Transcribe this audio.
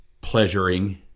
pleasuring